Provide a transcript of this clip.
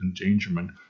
endangerment